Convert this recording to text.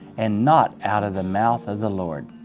and not out of the mouth of the lord.